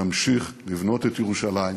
נמשיך לבנות את ירושלים,